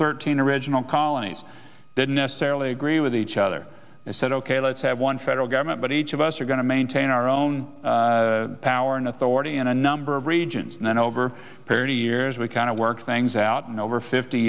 thirteen original colonies didn't necessarily agree with each other and said ok let's have one federal government but each of us are going to maintain our own power and authority in a number of regions and then over parity years we kind of work things out and over fifty